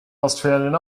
australian